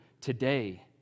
today